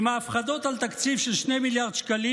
עם ההפחדות על תקציב של 2 מיליארד שקלים